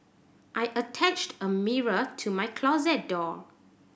I attached a mirror to my closet door